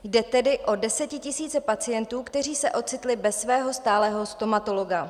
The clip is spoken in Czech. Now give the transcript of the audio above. Jde tedy o desetitisíce pacientů, kteří se ocitli bez svého stálého stomatologa.